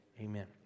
Amen